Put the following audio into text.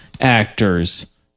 actors